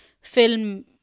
film